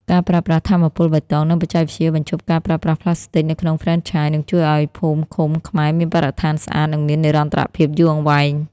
ការប្រើប្រាស់ "ថាមពលបៃតង និងបច្ចេកវិទ្យាបញ្ឈប់ការប្រើប្រាស់ផ្លាស្ទិក" នៅក្នុងហ្វ្រេនឆាយ នឹងជួយឱ្យភូមិឃុំខ្មែរមានបរិស្ថានស្អាត និងមាននិរន្តរភាពយូរអង្វែង។